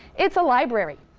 it's a library.